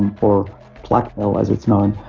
and or plaquenil, as it's known.